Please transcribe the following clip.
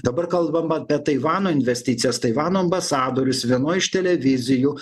dabar kalbam apie taivano investicijas taivano ambasadorius vienoj iš televizijų